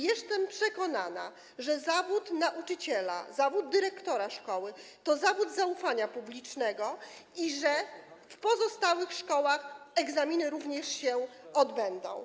Jestem przekonana, że zawód nauczyciela, zawód dyrektora szkoły to zawód zaufania publicznego i że w pozostałych szkołach egzaminy również się odbędą.